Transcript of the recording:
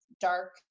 dark